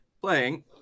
playing